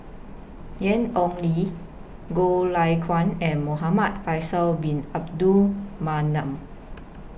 Ian Ong Li Goh Lay Kuan and Muhamad Faisal Bin Abdul Manap